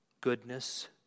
goodness